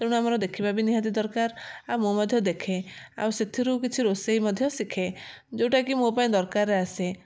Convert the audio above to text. ତେଣୁ ଆମର ଦେଖିବା ବି ନିହାତି ଦରକାର ଆଉ ମୁଁ ମଧ୍ୟ ଦେଖେ ସେଥିରୁ କିଛି ରୋଷେଇ ମଧ୍ୟ ଶିଖେ ଯେଉଁଟାକି ମୋ ପାଇଁ ଦରକାର ଆସେ